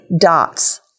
dots